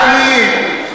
העניים.